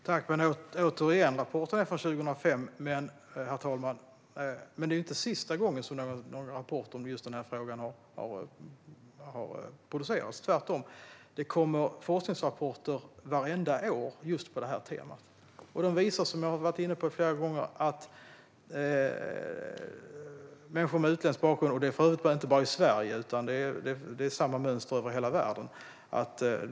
Herr talman! Återigen: Rapporten är från 2005, men det var inte sista gången som någon rapport om just denna fråga producerades - tvärtom. Det kommer forskningsrapporter vartenda år på just detta tema. De visar, som jag har varit inne på flera gånger, att det är en överrepresentation av människor med utländsk bakgrund i brottsstatistiken - så är det för övrigt inte bara i Sverige, utan det är samma mönster över hela världen.